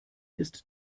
ist